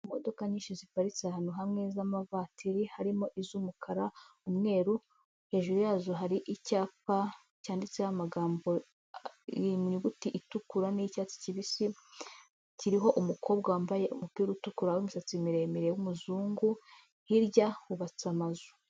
Imodoka nyinshi ziparitse ahantu hamwe z'amavatiri, harimo iz'umukara, umweru hejuru yazo hari icyapa cyanditseho amagambo mu nyuguti itukura n'icyatsi kibisi, kiriho umukobwa wambaye umupira utukura w'misatsi miremire w'umuzungu, hirya hubatse amazu.